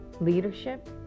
leadership